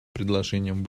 предложениям